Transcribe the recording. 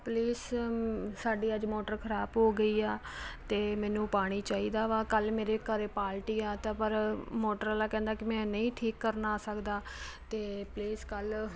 please ਸਾਡੀ ਅੱਜ motor ਖ਼ਰਾਬ ਹੋ ਗਈ ਆ ਅਤੇ ਮੈਨੂੰ ਪਾਣੀ ਚਾਹੀਦਾ ਵਾ ਕੱਲ੍ਹ ਮੇਰੇ ਘਰ ਪਾਲਟੀ ਆ ਤਾ ਪਰ ਮੋਟਰ ਵਾਲਾ ਕਹਿੰਦਾ ਕਿ ਮੈਂ ਨਹੀਂ ਠੀਕ ਕਰਨ ਆ ਸਕਦਾ ਤਾਂ ਪਲੀਜ਼ ਕੱਲ੍ਹ